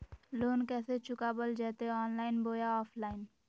Loan कैसे चुकाबल जयते ऑनलाइन बोया ऑफलाइन?